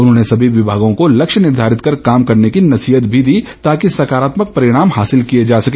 उन्होंने सभी विभागों को लक्ष्य निर्धारित कर काम करने की नसीहत भी दी ताकि सकारात्मक परिणाम हासिल किया जा सके